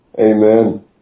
Amen